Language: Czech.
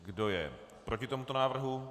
Kdo je proti tomuto návrhu?